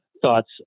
thoughts